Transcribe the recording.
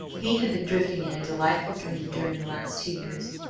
he had been drifting in a delightful dream during the last two years,